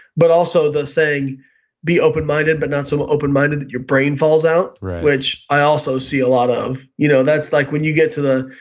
but also the saying be open-minded but not so ah open-minded that your brain falls out which i also see a lot of. you know that's like when you get to the,